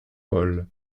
paul